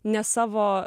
ne savo